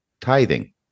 tithing